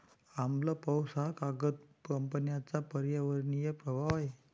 आम्ल पाऊस हा कागद कंपन्यांचा पर्यावरणीय प्रभाव आहे